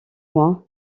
moi